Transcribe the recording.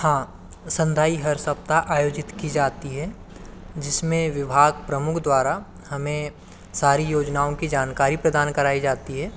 हाँ संधाई हर सप्ताह आयोजित की जाती है जिसमें विभाग प्रमुख द्वारा हमें सारी योजनाओं की जानकारी प्रदान कराई जाती है